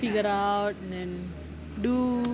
get out and do